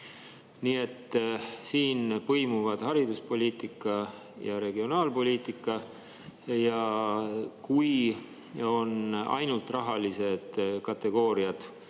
Nii et siin põimuvad hariduspoliitika ja regionaalpoliitika, ja kui ainult rahalised kategooriad